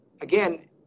again